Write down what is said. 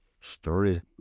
story